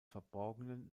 verborgenen